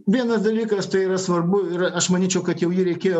vienas dalykas tai yra svarbu ir aš manyčiau kad jau jį reikėjo